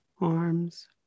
arms